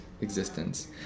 existence